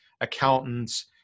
accountants